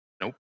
nope